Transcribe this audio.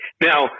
Now